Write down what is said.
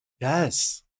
Yes